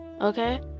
okay